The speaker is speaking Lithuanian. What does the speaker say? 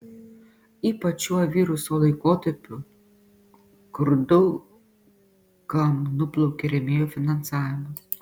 ypač šiuo viruso laikotarpiu kur daug kam nuplaukė rėmėjų finansavimas